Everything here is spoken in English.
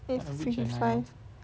eight fifty five